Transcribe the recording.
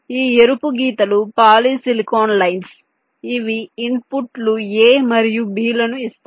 ఈ ఎరుపు గీతలు పాలిసిలికాన్ లైన్స్ ఇవి ఇన్పుట్లు a మరియు b లను ఇస్తాయి